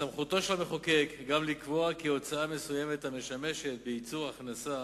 בסמכותו של המחוקק גם לקבוע כי הוצאה מסוימת המשמשת בייצור הכנסה